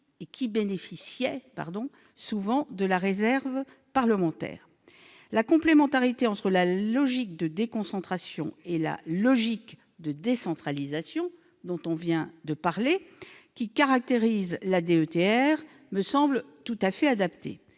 qui bénéficiaient souvent de la réserve parlementaire. La complémentarité entre la logique de déconcentration et la logique de décentralisation, qui caractérise la DETR, me semble tout à fait adaptée.